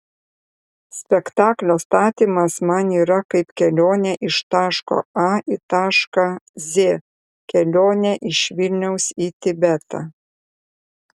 spektaklio statymas man yra kaip kelionė iš taško a į tašką z kelionė iš vilniaus į tibetą